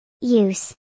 Use